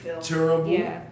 terrible